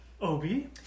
Obi